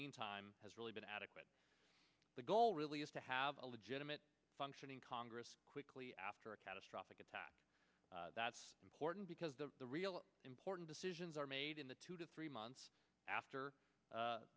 meantime has really been adequate the goal really is to have a legitimate functioning congress quickly after a catastrophic attack that's important because the real important decisions are made in the two to three months after